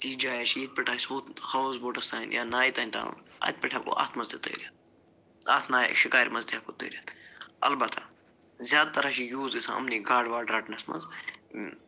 تِژھ جایا چھِ ییٚتہِ پٮ۪ٹھ آسہِ ہُتھ ہاوُس بوٹس تام یا نایہِ تام ترُن اَتہِ پٮ۪ٹھ ہٮ۪کو اتھ منٛز تہِ تٔرِتھ اتھ نایہِ شِکارِ منٛز تہِ ہٮ۪کو تٔرِتھ البتہ زیادٕ تر حظ چھُ یوٗز گَژھان یِمنٕے گاڈٕ واڈٕ رٹنس منٛز